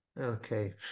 Okay